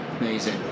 Amazing